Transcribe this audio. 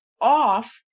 off